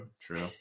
true